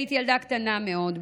הייתי ילדה קטנה מאוד,